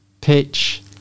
pitch